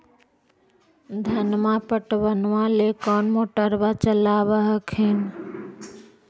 धनमा पटबनमा ले कौन मोटरबा चलाबा हखिन?